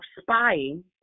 spying